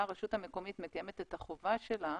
הרשות המקומית מקיימת את החובה שלה,